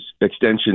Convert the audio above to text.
extension